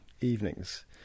evenings